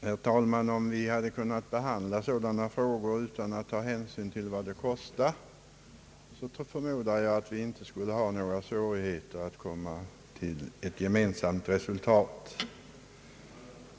Herr talman! Om vi hade kunnat behandla dylika frågor utan att ta hänsyn till kostnaderna förmodar jag att vi inte skulle ha svårigheter att fatta ett enhälligt beslut.